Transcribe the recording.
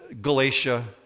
Galatia